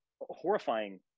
horrifying